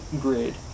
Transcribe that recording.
grid